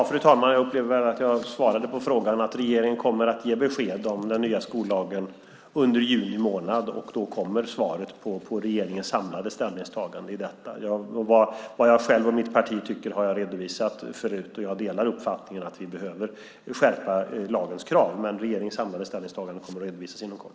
Fru talman! Jag upplevde att jag svarade på frågan, nämligen att regeringen kommer att ge besked om den nya skollagen under juni månad. Då kommer svaret på frågan om regeringens ställningstagande. Vad jag själv och mitt parti tycker har jag redovisat tidigare, och jag delar uppfattningen att vi behöver skärpa lagens krav. Regeringens samlade ställningstagande kommer att redovisas inom kort.